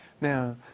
Now